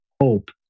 hope